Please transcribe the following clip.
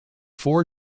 four